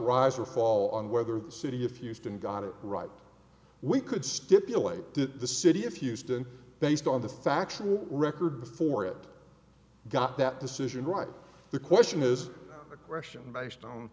rise or fall on whether the city of houston got it right we could stipulate that the city of houston based on the factual record before it got that decision right the question is a question based on